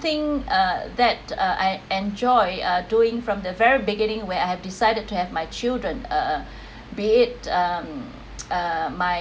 something uh that uh I enjoy uh doing from the very beginning where I have decided to have my children err be it err my